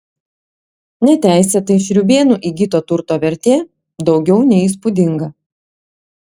neteisėtai šriūbėnų įgyto turto vertė daugiau nei įspūdinga